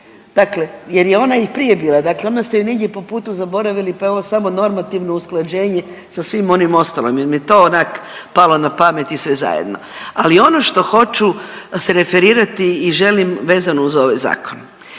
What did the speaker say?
dakle jer je ona i prije bila, dakle onda ste ju negdje po putu zaboravili pa je ovo samo normativno usklađenje sa svim onim ostalim jer mi je to onako palo na pamet i sve zajedno. Ali ono što hoću se referirati i želim vezano uz ovaj zakon,